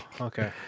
Okay